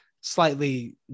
slightly